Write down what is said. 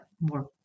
more